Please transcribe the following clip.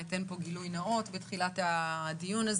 גילוי נאות בתחילת הדיון: